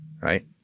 right